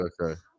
Okay